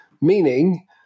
meaning